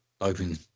open